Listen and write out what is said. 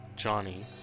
Johnny